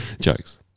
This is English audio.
Jokes